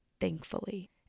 thankfully